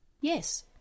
Yes